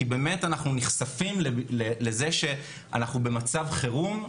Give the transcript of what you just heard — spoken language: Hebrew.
כי באמת אנחנו נחשפים לזה שאנחנו במצב חירום.